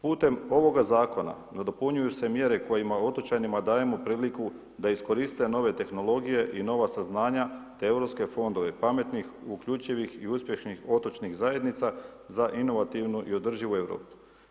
Putem ovoga Zakona nadopunjuju se mjere kojima otočanima dajemo priliku da iskoriste nove tehnologije i nova saznanja, te Europske fondove, pametnih, uključivih i uspješnih otočnih zajednica za inovativnu i održivu Europu.